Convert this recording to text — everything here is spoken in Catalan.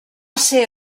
ser